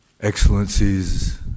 Excellencies